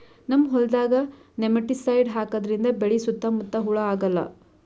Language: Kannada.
ನಮ್ಮ್ ಹೊಲ್ದಾಗ್ ನೆಮಟಿಸೈಡ್ ಹಾಕದ್ರಿಂದ್ ಬೆಳಿ ಸುತ್ತಾ ಮುತ್ತಾ ಹುಳಾ ಆಗಲ್ಲ